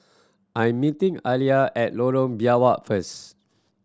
I'm meeting Alia at Lorong Biawak first